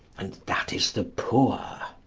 and that is the poor.